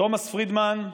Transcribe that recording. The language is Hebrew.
תומס פרידמן,